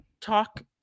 talk